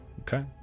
Okay